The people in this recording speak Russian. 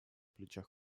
плечах